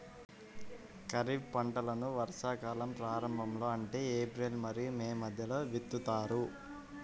ఖరీఫ్ పంటలను వర్షాకాలం ప్రారంభంలో అంటే ఏప్రిల్ మరియు మే మధ్యలో విత్తుతారు